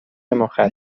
مخدر